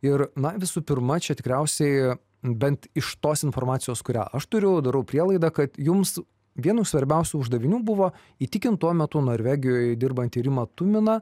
ir na visų pirma čia tikriausiai bent iš tos informacijos kurią aš turiu darau prielaidą kad jums vienu svarbiausių uždavinių buvo įtikint tuo metu norvegijoj dirbantį rimą tuminą